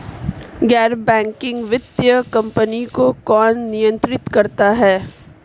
गैर बैंकिंग वित्तीय कंपनियों को कौन नियंत्रित करता है?